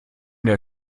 der